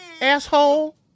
asshole